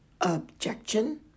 Objection